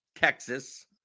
Texas